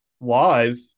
live